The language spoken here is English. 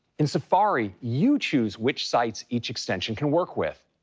in safari, you choose which sites each extension can work with,